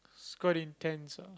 it's quite intense ah